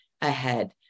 ahead